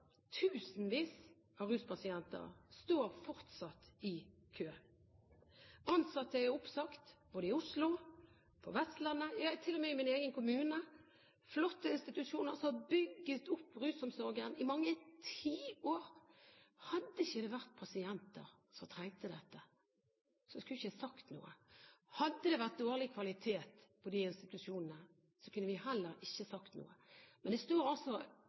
Tusenvis av ruspasienter står fortsatt i kø. Ansatte er oppsagt, både i Oslo og på Vestlandet, ja til og med i min egen kommune – flotte institusjoner som har bygget opp rusomsorgen i mange tiår. Hadde det ikke vært pasienter som trengte dette, skulle jeg ikke sagt noe. Hadde det vært dårlig kvalitet på disse institusjonene, kunne vi heller ikke sagt noe. Men det står